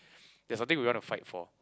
there's something we want to fight for